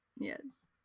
Yes